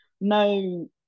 no